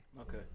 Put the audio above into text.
Okay